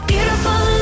Beautiful